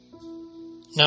Number